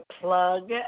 plug